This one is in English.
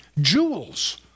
jewels